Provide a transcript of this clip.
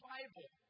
Bible